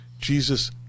Jesus